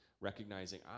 recognizing